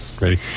ready